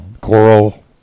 coral